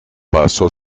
pasó